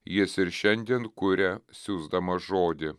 jis ir šiandien kuria siųsdamas žodį